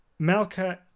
Melka